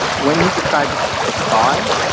when you decide to to thaw it,